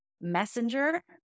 messenger